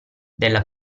della